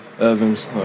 Evans